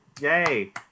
Yay